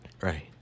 Right